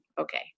okay